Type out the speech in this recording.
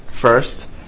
first